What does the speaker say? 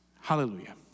Hallelujah